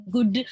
Good